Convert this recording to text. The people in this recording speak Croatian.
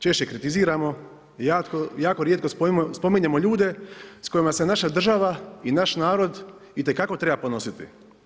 Češće kritiziramo, jako rijetko spominjemo ljude s kojima se naša država i naš narod itekako treba ponositi.